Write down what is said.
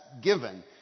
given